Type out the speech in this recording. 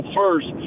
first